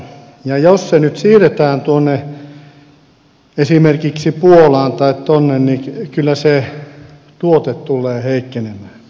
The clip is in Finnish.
ja jos se nyt siirretään esimerkiksi puolaan tai tuonne niin kyllä se tuote tulee heikkenemään